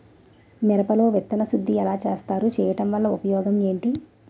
మిరప లో విత్తన శుద్ధి ఎలా చేస్తారు? చేయటం వల్ల ఉపయోగం ఏంటి?